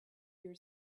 your